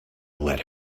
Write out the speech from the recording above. let